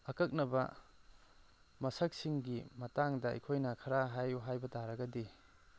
ꯑꯀꯛꯅꯕ ꯃꯁꯛꯁꯤꯡꯒꯤ ꯃꯇꯥꯡꯗ ꯑꯩꯈꯣꯏꯅ ꯈꯔ ꯍꯥꯏꯌꯨ ꯍꯥꯏꯕ ꯇꯥꯔꯒꯗꯤ